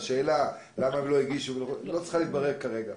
והשאלה למה הם לא הגישו לא צריכה להתברר כרגע.